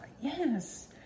Yes